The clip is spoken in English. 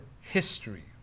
history